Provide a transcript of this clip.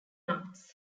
knots